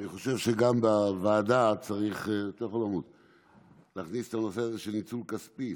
אני חושב שם בוועדה צריך להכניס גם את הנושא של עיצום כספי.